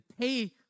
pay